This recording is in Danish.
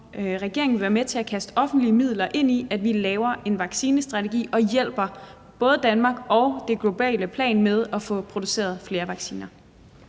regeringen vil være med til at kaste offentlige midler ind i, at vi laver en vaccinestrategi og hjælper både Danmark og det globale med at få produceret flere vacciner.